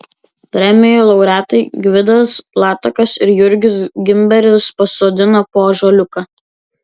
premijų laureatai gvidas latakas ir jurgis gimberis pasodino po ąžuoliuką